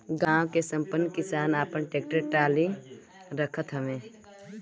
गांव के संपन्न किसान आपन टेक्टर टाली रखत हवे